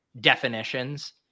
definitions